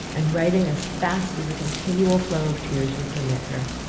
and writing as fast as a continual flow of tears would permit her.